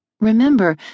Remember